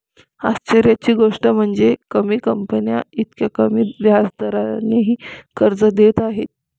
आश्चर्याची गोष्ट म्हणजे, कमी कंपन्या इतक्या कमी व्याज दरानेही कर्ज घेत आहेत